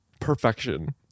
perfection